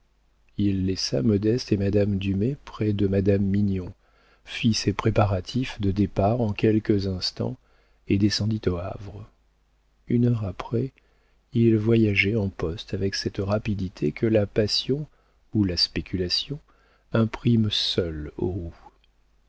il laissa modeste et madame dumay près de madame mignon fit ses préparatifs de départ en quelques instants et descendit au havre une heure après il voyageait en poste avec cette rapidité que la passion ou la spéculation impriment seules aux